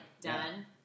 done